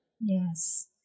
Yes